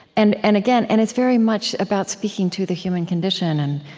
and and again, and it's very much about speaking to the human condition. and